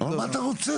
אבל מה אתה רוצה?